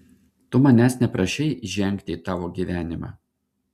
tu manęs neprašei įžengti į tavo gyvenimą